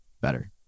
better